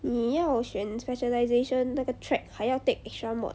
你要选 specialisation 那个 track 还要 take extra mod